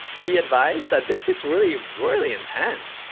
be advised that this gets really, really intense.